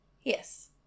Yes